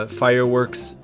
fireworks